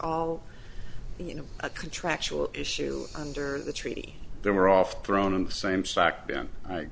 all you know a contractual issue under the treaty there were off thrown in the same